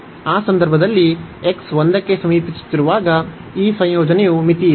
ಆ ಸಂದರ್ಭದಲ್ಲಿ x 1 ಕ್ಕೆ ಸಮೀಪಿಸುತ್ತಿರುವಾಗ ಈ ಸಂಯೋಜನೆಯು ಮಿತಿಯಿಲ್ಲ